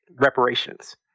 reparations